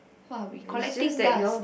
!wah! we collecting dust